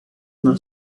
una